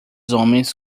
homens